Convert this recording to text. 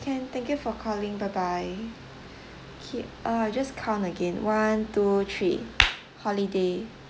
can thank you for calling bye bye K err just count again one two three holiday